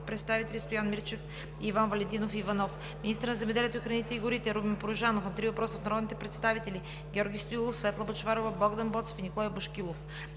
представители Стоян Мирчев и Иван Валентинов Иванов; - министърът на земеделието, храните и горите Румен Порожанов – на три въпроса от народните представители Георги Стоилов; Светла Бъчварова; Богдан Боцев и Николай Бошкилов;